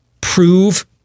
prove